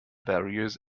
various